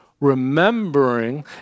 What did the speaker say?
remembering